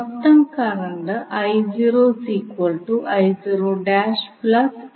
മൊത്തം കറന്റ് ആകും